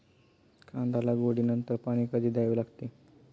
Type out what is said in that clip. कांदा लागवडी नंतर पाणी कधी द्यावे लागते?